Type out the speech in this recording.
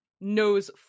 Knows